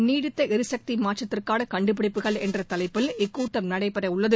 நீடித்த எரிசக்தி மாற்றத்திற்கான கண்டுபிடிப்புகள் என்ற தலைப்பில் இக்கூட்டம் நடைபெறவுள்ளது